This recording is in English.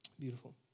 beautiful